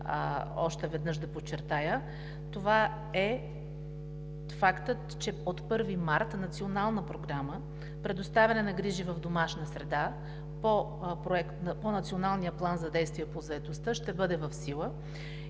още веднъж да подчертая, е фактът, че от 1 март Национална програма „Предоставяне на грижи в домашна среда“ по Националния план за действие по заетостта ще бъде в сила и